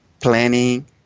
planning